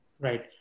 right